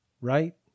right